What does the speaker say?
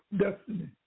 destiny